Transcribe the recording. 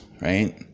right